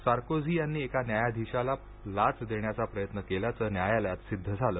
Sarkozy यांनी एका न्यायाधीशाला लाच देण्याचा प्रयत्न केल्याचं न्यायालयात सिद्ध झालं